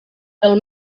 pel